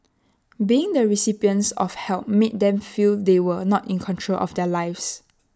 being the recipients of help made them feel they were not in control of their lives